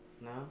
no